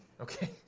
Okay